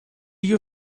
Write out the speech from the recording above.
you